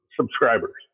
subscribers